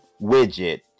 widget